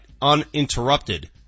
Uninterrupted